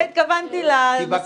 אני דווקא התכוונתי למסיבת העיתונאים.